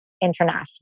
International